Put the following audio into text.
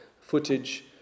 footage